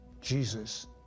Jesus